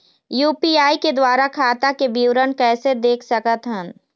UPI के द्वारा खाता के विवरण कैसे देख सकत हन?